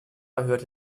hörte